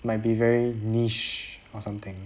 might be very niche or something